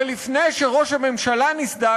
אבל לפני שראש הממשלה נסדק,